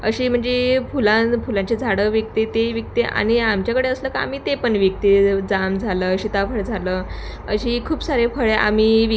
अशी म्हणजे फुलां फुलांची झाडं विकते ते विकते आणि आमच्याकडे असलं की आम्ही ते पण विकते जाम झालं सिताफळ झालं अशी खूप सारे फळे आम्ही विकते